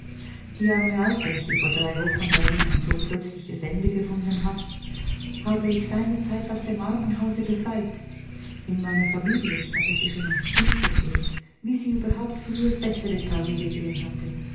die arme alte die vor drei wochen darin ein so plötzliches ende gefunden hat habe ich seiner zeit aus dem armenhause befreit in meiner familie hatte sie schon als kind verkehrt wie sie überhaupt früher bessere tage gesehen hatte